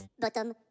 bottom